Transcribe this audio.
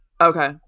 Okay